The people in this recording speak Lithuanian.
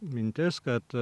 mintis kad